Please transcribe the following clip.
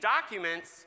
documents